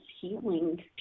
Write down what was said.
healing